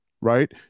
right